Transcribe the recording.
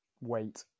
wait